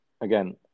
Again